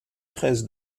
presses